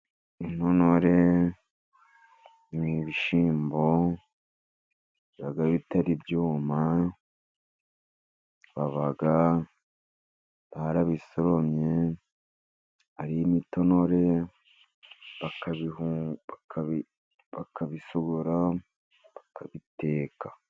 Intonore ni ibishyimbo byabaga bitari byuma, babaga barabisoromye ari imitonore, bakabisohora bakabiteka.